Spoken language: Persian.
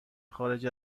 خارج